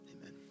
Amen